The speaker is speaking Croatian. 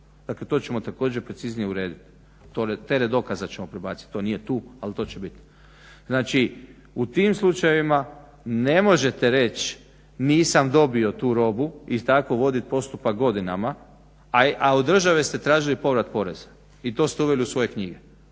Dakle, to ćemo također preciznije urediti. Teret dokaza ćemo prebaciti, to nije tu ali to će biti. Znači u tim slučajevima ne možete reći nisam dobio tu robu i tako voditi postupak godinama, a od države ste tražili povrat poreza i to ste uveli u svoje knjige.